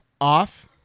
off –